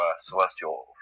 celestial